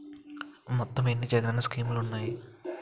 మొత్తం ఎన్ని జగనన్న స్కీమ్స్ ఉన్నాయి?